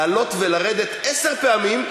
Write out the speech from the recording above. לעלות ולרדת עשר פעמים,